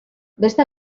beste